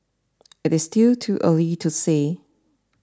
it is still too early to say